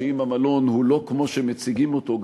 אתם גם לא יודעים לטפל בו,